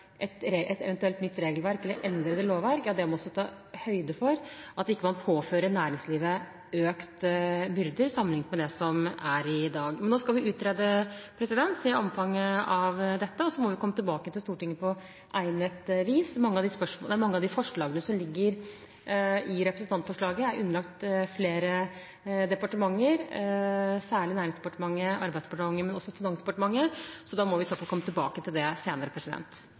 ikke påfører næringslivet økte byrder sammenlignet med det som er i dag. Nå skal vi utrede, se på omfanget av dette, og så må vi komme tilbake til Stortinget på egnet vis. Mange av de forslagene som ligger i representantforslaget, er underlagt flere departementer, særlig Nærings- og fiskeridepartementet og Arbeids- og sosialdepartementet, men også Finansdepartementet, så da må vi i så fall komme tilbake til det senere.